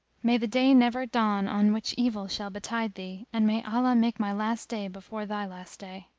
may the day never dawn on which evil shall betide thee and may allah make my last day before thy last day!